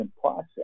process